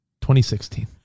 2016